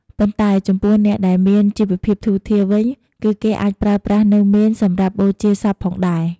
ប៉ុន្តែចំពោះអ្នកដែលមានជីវភាពធូធារវិញគឺគេអាចប្រើប្រាស់ នូវមេនសម្រាប់បូជាសពផងដែរ។